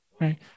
right